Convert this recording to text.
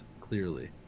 clearly